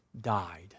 died